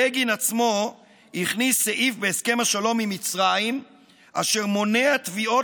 בגין עצמו הכניס סעיף בהסכם השלום עם מצרים אשר מונע תביעות